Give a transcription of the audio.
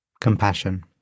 Compassion